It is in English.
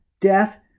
Death